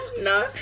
No